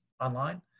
online